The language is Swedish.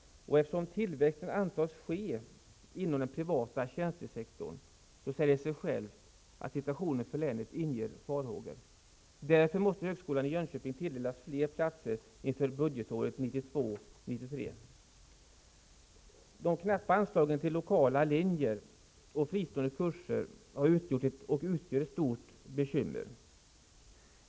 Eftersom tillväxten antas ske inom den privata tjänstesektorn, säger det sig självt att situationen för länet inger farhågor. Därför måste högskolan i De knappa anslagen till lokala linjer och fristående kurser har utgjort och utgör ett stort bekymmer.